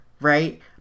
right